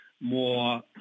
more